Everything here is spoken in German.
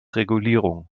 regulierung